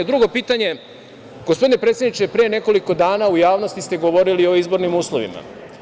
Drugo pitanje, gospodine predsedniče, pre nekoliko dana u javnosti ste govorili o izbornim uslovima.